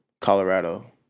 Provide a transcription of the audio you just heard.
Colorado